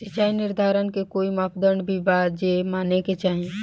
सिचाई निर्धारण के कोई मापदंड भी बा जे माने के चाही?